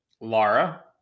Laura